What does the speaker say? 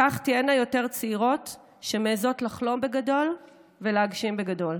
כך תהיינה יותר צעירות שמעיזות לחלום בגדול ולהגשים בגדול.